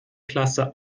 klasse